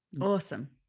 Awesome